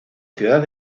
ciudad